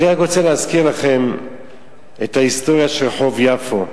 אני רק רוצה להזכיר לכם את ההיסטוריה של רחוב יפו.